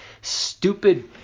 stupid